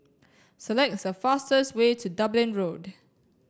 select the fastest way to Dublin Road